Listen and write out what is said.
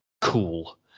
cool